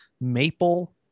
Maple